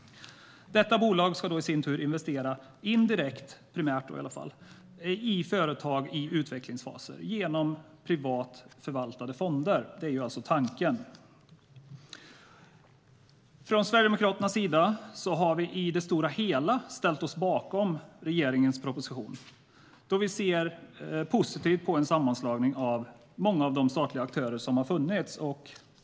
Detta bolag ska i sin tur, i alla fall primärt, investera indirekt i företag i utvecklingsfaser genom privat förvaltade fonder. Det är alltså tanken. Från Sverigedemokraternas sida har vi i det stora hela ställt oss bakom regeringens proposition, då vi ser positivt på en sammanslagning av många av de statliga aktörer som har funnits.